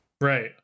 right